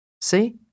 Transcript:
See